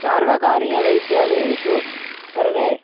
सर्वकारीयवैद्यालयेषु सर्वे